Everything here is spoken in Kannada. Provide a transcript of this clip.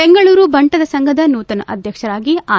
ಬೆಂಗಳೂರು ಬಂಟರ ಸಂಘದ ನೂತನ ಅಧ್ಯಕ್ಷರಾಗಿ ಆರ್